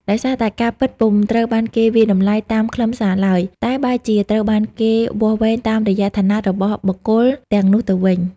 ដោយសារតែការពិតពុំត្រូវបានគេវាយតម្លៃតាមខ្លឹមសារឡើយ តែបែរជាត្រូវបានគេវាស់វែងតាមរយៈឋានៈរបស់បុគ្គលទាំងនោះទៅវិញ។